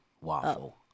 waffle